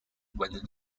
whether